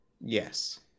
Yes